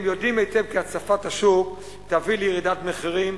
הם יודעים היטב כי הצפת השוק תביא לירידת מחירים.